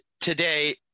today